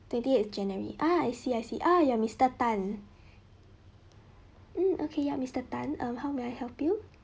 twenty eight january uh I see I see uh you are mister tan mm okay yup mister tan um how may I help you